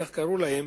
כך קראו להם,